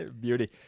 beauty